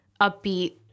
upbeat